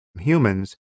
humans